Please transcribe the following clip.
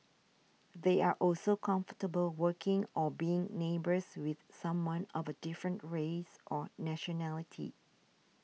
they are also comfortable working or being neighbours with someone of a different race or nationality